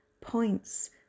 points